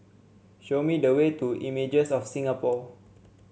show me the way to Images of Singapore